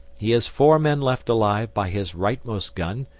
he has four men left alive by his rightmost gun,